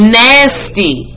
nasty